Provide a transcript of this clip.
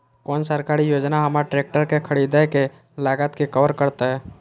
कोन सरकारी योजना हमर ट्रेकटर के खरीदय के लागत के कवर करतय?